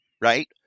right